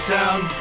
town